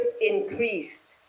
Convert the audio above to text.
increased